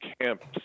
camps